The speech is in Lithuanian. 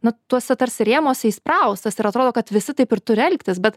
na tuose tarsi rėmuose įspraustas ir atrodo kad visi taip ir turi elgtis bet